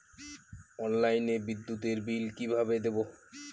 অনলাইনে বিদ্যুতের বিল কিভাবে দেব?